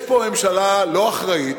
יש פה ממשלה לא אחראית.